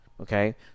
okay